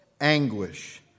Anguish